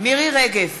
מירי רגב,